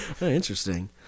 interesting